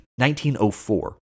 1904